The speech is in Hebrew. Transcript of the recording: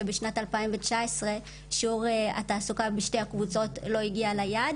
שבשנת 2019 שיעור התעסוקה בשתי הקבוצות לא הגיע ליעד,